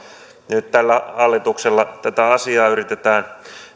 nyt tällä hallituksella tätä asiaa yritetään